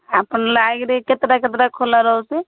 ଆପଣ ଲାଇକ୍ରେ କେତେଟା କେତେଟା ଖୋଲା ରହୁଛି